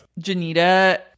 Janita